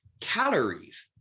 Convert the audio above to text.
Calories